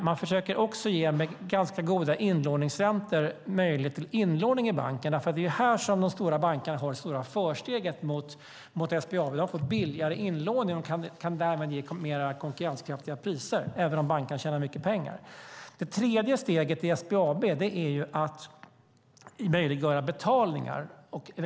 Man försöker också med ganska goda inlåningsräntor ge möjlighet till inlåning i banken. Det är här som de stora bankerna har det stora försteget mot SBAB. De får billigare inlåning och kan därmed ge mer konkurrenskraftiga priser, även om bankerna tjänar mycket pengar. Det tredje steget i SBAB är att möjliggöra betalningar.